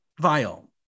Vile